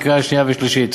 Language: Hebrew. לקריאה שנייה ושלישית.